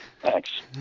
Thanks